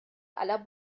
aller